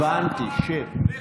הבנתי אותך.